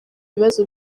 bibazo